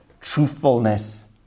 truthfulness